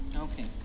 Okay